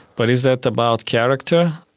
but is that about character?